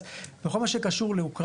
אז בכל מה שקשור לאוקראינה,